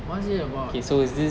what is it about